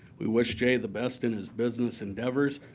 we wish jay the best in his business endeavors,